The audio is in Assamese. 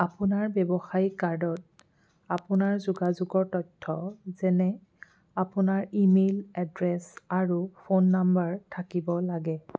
আপোনাৰ ব্যৱসায়িক কাৰ্ডত আপোনাৰ যোগাযোগৰ তথ্য যেনে আপোনাৰ ইমেইল এড্ৰেছ আৰু ফোন নম্বৰ থাকিব লাগে